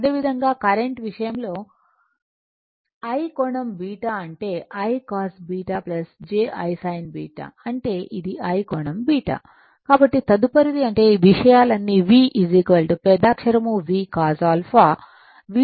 అదేవిధంగా కరెంట్ విషయంలో I కోణం β అంటే I cos β j I sin β అంటే ఇది I కోణం β కాబట్టి తదుపరిది అంటే ఈ విషయాలన్నీ V పెద్దక్షరంV Cos α